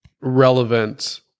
relevant